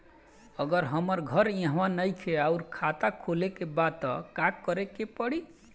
अगर हमार घर इहवा नईखे आउर खाता खोले के बा त का करे के पड़ी?